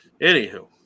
Anywho